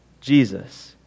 Jesus